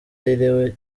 yiriwe